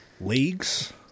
Leagues